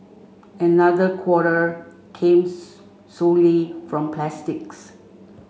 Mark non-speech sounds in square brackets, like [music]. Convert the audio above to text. another quarter came [unintelligible] solely from plastics